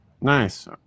Nice